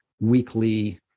weekly